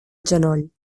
genoll